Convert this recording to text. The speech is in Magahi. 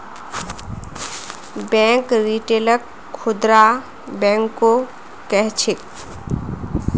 बैंक रिटेलक खुदरा बैंको कह छेक